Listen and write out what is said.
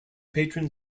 patron